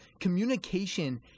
communication